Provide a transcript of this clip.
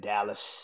Dallas